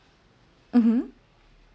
mmhmm